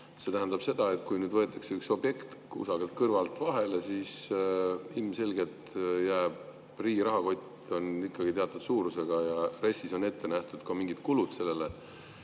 See tähendab seda, et kui nüüd võetakse üks objekt kusagilt kõrvalt vahele – ilmselgelt riigi rahakott on ikkagi teatud suurusega ja RES‑is on ette nähtud mingid kulud sellele